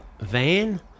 van